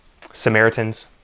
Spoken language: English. Samaritans